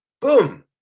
boom